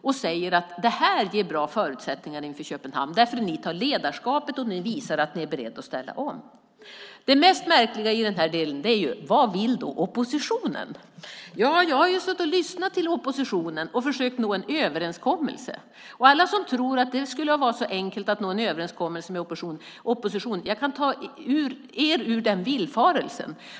Man säger att detta ger bra förutsättningar inför Köpenhamn eftersom vi tar ledarskapet och visar att vi är beredda att ställa om. Det mest märkliga är: Vad vill oppositionen? Jag har lyssnat på oppositionen och försökt nå en överenskommelse. Alla som tror att det skulle vara enkelt att nå en överenskommelse med oppositionen kan jag ta ur den villfarelsen.